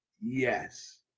Yes